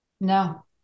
No